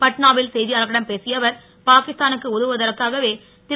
பட்னாவில் செய்தியாளர்களிடம் பேசிய அவர் பாகிஸ்தானுக்கு உதவுவதற்காகவே திரு